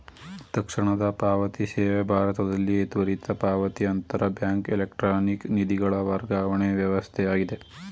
ತಕ್ಷಣದ ಪಾವತಿ ಸೇವೆ ಭಾರತದಲ್ಲಿ ತ್ವರಿತ ಪಾವತಿ ಅಂತರ ಬ್ಯಾಂಕ್ ಎಲೆಕ್ಟ್ರಾನಿಕ್ ನಿಧಿಗಳ ವರ್ಗಾವಣೆ ವ್ಯವಸ್ಥೆಯಾಗಿದೆ